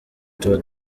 tuba